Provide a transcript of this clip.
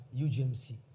UGMC